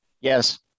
Yes